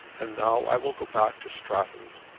and now i will go back to stratton.